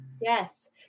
Yes